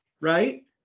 Right